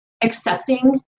accepting